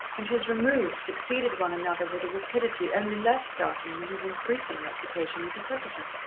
and his removes succeeded one another with a rapidity only less startling than his increasing reputation as a cricketer.